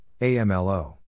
AMLO